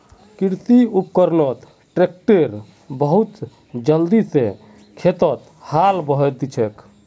कृषि उपकरणत ट्रैक्टर बहुत जल्दी स खेतत हाल बहें दिछेक